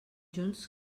junts